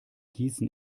gießen